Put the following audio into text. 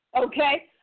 Okay